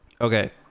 Okay